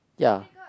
ya